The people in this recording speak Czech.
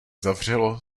zavřelo